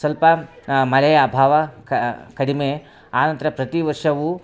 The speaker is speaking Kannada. ಸ್ವಲ್ಪ ಮಳೆಯ ಅಭಾವ ಕಡಿಮೆ ಆನಂತರ ಪ್ರತಿ ವರ್ಷವೂ